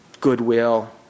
goodwill